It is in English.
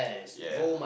ya